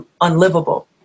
unlivable